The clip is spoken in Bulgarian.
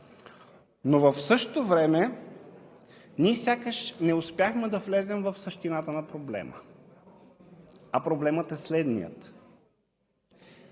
но в същото време ние сякаш не успяхме да влезем в същината на проблема. А проблемът е следният: